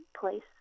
place